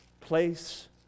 place